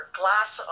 glass